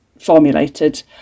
formulated